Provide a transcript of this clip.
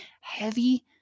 heavy